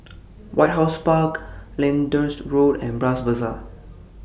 White House Park Lyndhurst Road and Bras Basah